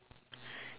there's like